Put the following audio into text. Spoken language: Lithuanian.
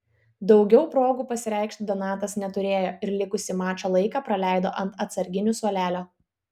daugiau progų pasireikšti donatas neturėjo ir likusį mačo laiką praleido ant atsarginių suolelio